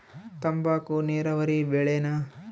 ತಂಬಾಕು ನೇರಾವರಿ ಬೆಳೆನಾ?